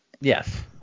Yes